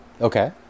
Okay